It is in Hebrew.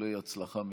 איחולי הצלחה מכולם.